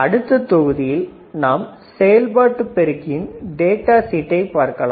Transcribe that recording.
அடுத்த தொகுதியில் நாம் செயல்பாட்டு பெருக்கியின் டேட்டா சீட்டை பார்க்கலாம்